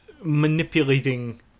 manipulating